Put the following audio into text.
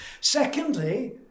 Secondly